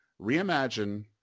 reimagine